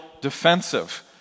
defensive